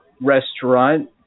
restaurant